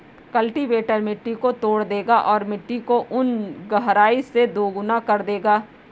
cultivator मिट्टी को तोड़ देगा और मिट्टी को उन गहराई से दोगुना कर देगा